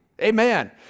Amen